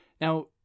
Now